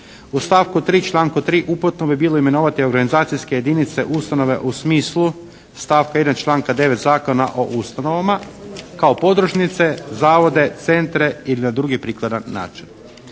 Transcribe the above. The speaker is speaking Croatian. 3. članku 3. uputno bi bilo imenovati organizacijske jedinice ustanove u smislu stavka 1. članka 9. Zakona o ustanovama kao podružnice, zavode, centre ili na drugi prikladan način.